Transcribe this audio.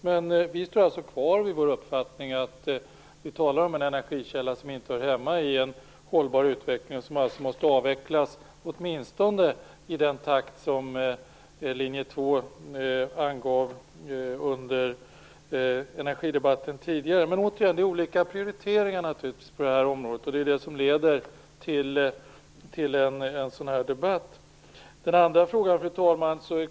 Vi i Centerpartiet står alltså kvar vid vår uppfattning: Vi talar om en energikälla som inte hör hemma i en hållbar utveckling och som alltså måste avvecklas, åtminstone i den takt som Linje 2 angav under energidebatten tidigare. Men återigen: Det finns naturligtvis olika prioriteringar på det här området, och det är det som leder till en sådan här debatt. Fru talman!